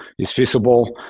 it's feasible.